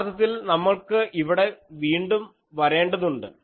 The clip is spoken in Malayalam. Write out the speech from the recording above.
യഥാർത്ഥത്തിൽ നമ്മൾക്ക് ഇവിടെ വീണ്ടും വരേണ്ടതുണ്ട്